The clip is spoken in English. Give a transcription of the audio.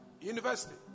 University